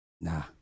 Nah